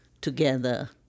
together